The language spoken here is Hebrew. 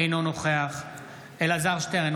אינו נוכח אלעזר שטרן,